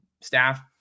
staff